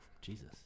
Jesus